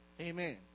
Amen